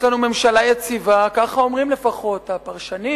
יש לנו ממשלה יציבה, ככה אומרים לפחות הפרשנים.